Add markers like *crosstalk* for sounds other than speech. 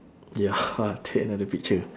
ya *laughs* take another picture